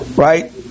Right